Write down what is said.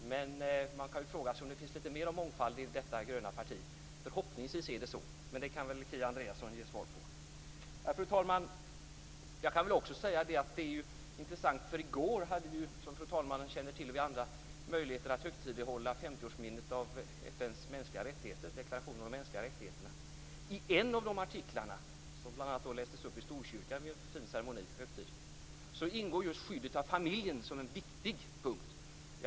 Men man kan fråga sig om det finns lite mer av mångfald i detta gröna parti. Förhoppningsvis är det så, men det kan väl Kia Andreasson ge svar på. Fru talman! Det här är också intressant eftersom vi i går, som fru talmannen och vi andra känner till, hade möjlighet att högtidlighålla 50-årsminnet av FN:s deklaration om de mänskliga rättigheterna. I en av dessa artiklar, som bl.a. lästes upp i Storkyrkan vid en fin högtid, ingår just skyddet av familjen som en viktig punkt.